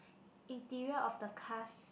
interior of the cars